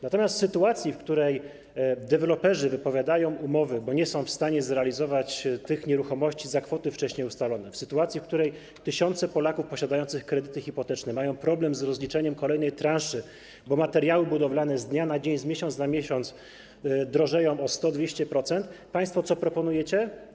Natomiast w sytuacji, w której deweloperzy wypowiadają umowy, bo nie są w stanie zrealizować nieruchomości za wcześniej ustalone kwoty, w sytuacji, w której tysiące Polaków posiadających kredyty hipoteczne mają problem z rozliczeniem kolejnej transzy, bo materiały budowlane z dnia na dzień, z miesiąca na miesiąc drożeją o 100–200%, co państwo proponujecie?